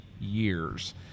years